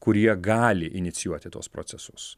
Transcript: kurie gali inicijuoti tuos procesus